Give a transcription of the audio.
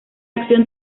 acción